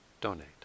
donate